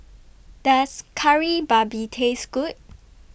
Does Kari Babi Taste Good